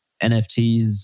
NFTs